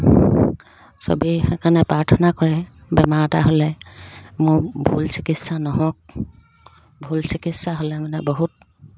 চবেই সেইকাৰণে প্ৰাৰ্থনা কৰে বেমাৰ এটা হ'লে মোৰ ভুল চিকিৎসা নহওক ভুল চিকিৎসা হ'লে মানে বহুত